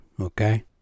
okay